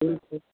ठीकछै